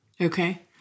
Okay